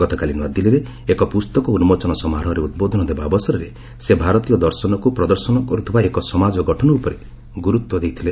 ଗତକାଲି ନୂଆଦିଲ୍ଲୀରେ ଏକ ପୁସ୍ତକ ଉନ୍କୋଚନ ସମାରୋହରେ ଉଦ୍ବୋଧନ ଦେବା ଅବସରରେ ସେ ଭାରତୀୟ ଦର୍ଶନକୁ ପ୍ରଦର୍ଶନ କରୁଥିବା ଏକ ସମାଜ ଗଠନ ଉପରେ ଗୁରୁତ୍ୱ ଦେଇଥିଲେ